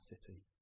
city